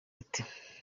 ati